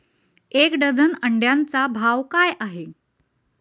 एक डझन अंड्यांचा भाव काय आहे?